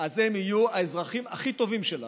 אז הם יהיו האזרחים הכי טובים שלנו.